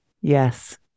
Yes